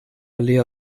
allee